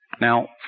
Now